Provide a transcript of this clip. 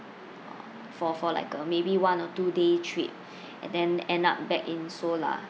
for for like uh maybe one or two day trip and then end up back in seoul lah